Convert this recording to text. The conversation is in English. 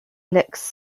looks